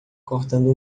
cortando